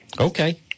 Okay